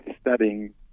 studying